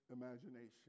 imagination